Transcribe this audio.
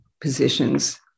positions